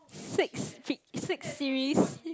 six f~ six series